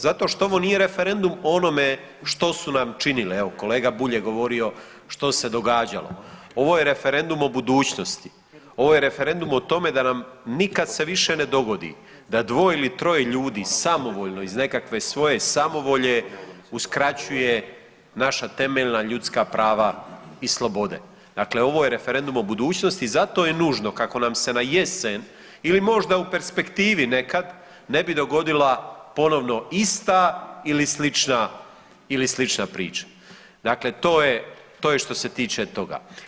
Zato što ovo nije referendum o onome što su nam činili, evo kolega Bulj je govorio što se događalo, ovo je referendum o budućnosti, ovo je referendum o tome da nam nikad se više ne dogodi da dvoje ili troje ljudi samovoljno iz nekakve svoje samovolje uskraćuje naša temeljna ljudska prava i slobode, dakle ovo je referendum o budućnosti i zato je nužno kako nam se na jesen ili možda u perspektivi nekad ne bi dogodila ponovno ista ili slična ili slična priča, dakle to je, to je što se tiče toga.